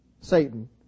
Satan